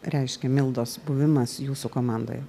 reiškia mildos buvimas jūsų komandoje